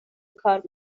کار